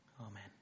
Amen